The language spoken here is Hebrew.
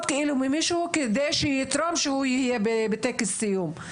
שמישהו יצטרך לתרום לו כדי שהוא יהיה בטקס סיום?